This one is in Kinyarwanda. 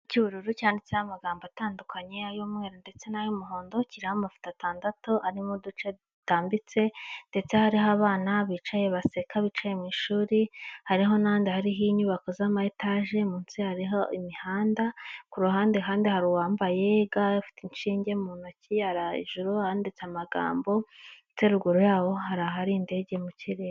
Cy'ubururu cyanditseho amagambo atandukanye ay'umweru ndetse n'ay'umuhondo, kiriho amafoto atandatu arimo uduce dutambitse, ndetse hariho n'abana bicaye baseka bicaye mu ishuri, hariho n'ahandi hariho inyubako z'ama etaje munsi hari imihanda, ku ruhande kandi hari uwambaye ga afite inshinge mu ntoki, hari hejuru ahanditse amagambo ndetse ruguru yaho hari ahari indege mu kirere.